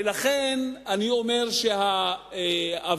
ולכן אני אומר שהעבירה